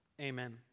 Amen